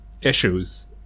issues